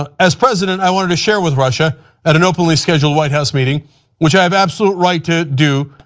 um as president i wanted to share with russia at an openly scheduled white house meeting which i have absolute right to do,